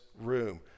room